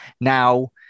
Now